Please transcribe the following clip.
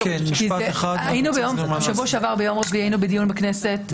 בשבוע שעבר ביום רביעי היינו בדיון בכנסת,